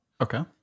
Okay